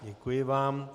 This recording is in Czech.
Děkuji vám.